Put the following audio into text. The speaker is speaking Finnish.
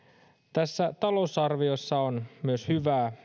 tässä talousarviossa on myös hyvää